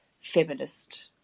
feminist